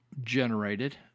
generated –